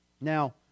Now